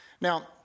Now